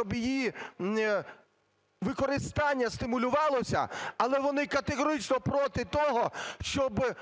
щоб її використання стимулювалося, але вони категорично проти того, щоб